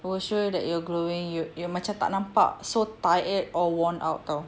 will show that you're glowing you macam tak nampak so tired or worn out [tau]